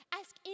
ask